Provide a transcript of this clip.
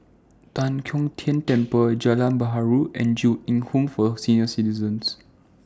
Tan Kong Tian Temple Jalan Perahu and Ju Eng Home For Senior Citizens